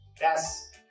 Yes